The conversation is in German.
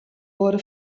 wurde